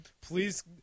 Please